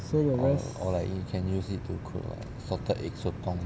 or like you can use it to cook like salted egg sotong